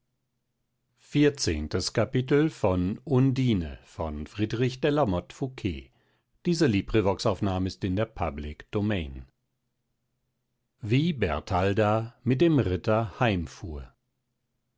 die mit dem